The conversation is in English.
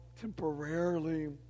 temporarily